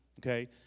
okay